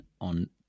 on